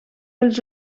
els